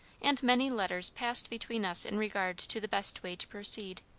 and many letters passed between us in regard to the best way to proceed.